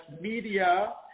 media